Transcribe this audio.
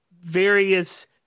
various